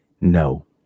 No